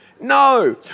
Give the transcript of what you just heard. No